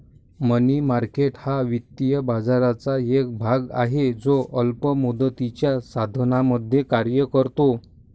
मनी market हा वित्तीय बाजाराचा एक भाग आहे जो अल्प मुदतीच्या साधनांमध्ये कार्य करतो